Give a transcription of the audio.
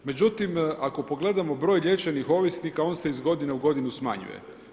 Međutim, ako pogledamo broj liječenih ovisnika on se iz godine u godinu smanjuje.